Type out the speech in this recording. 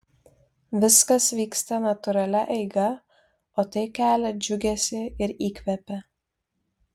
viskas vyksta natūralia eiga o tai kelia džiugesį ir įkvepia